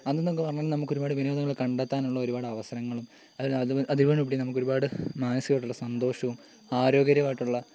അന്നൊന്നു അന്നെന്ന് പറഞ്ഞാൽ നമുക്ക് ഒരുപാട് വിനോദങ്ങൾ കണ്ടെത്താനുള്ള ഒരുപാട് അവസരങ്ങളും അതുപോലെ അതുപോലെ തന്നെ നമുക്ക് ഒരുപാട് മാനസികമായിട്ടുള്ള സന്തോഷവും ആരോഗ്യപരമായിട്ടുള്ള